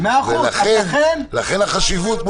ולכן החשיבות,